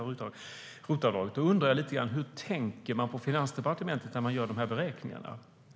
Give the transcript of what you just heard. Då undrar jag: Hur tänker man på Finansdepartementet när man gör de här beräkningarna?